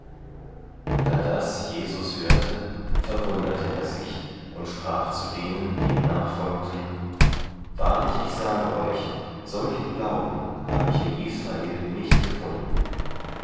da das jesus hörte verwunderte er sich und sprach zu denen die ihm nachfolgten wahrlich ich sage euch solchen glauben habe ich in israel nicht gefunden